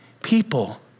People